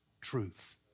truth